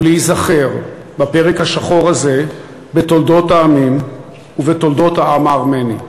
היא להיזכר בפרק השחור הזה בתולדות העמים ובתולדות העם הארמני,